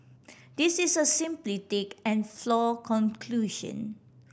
this is a simplistic and flaw conclusion